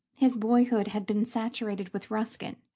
his boyhood had been saturated with ruskin,